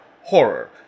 horror